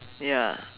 ya